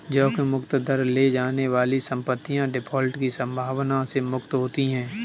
जोखिम मुक्त दर ले जाने वाली संपत्तियाँ डिफ़ॉल्ट की संभावना से मुक्त होती हैं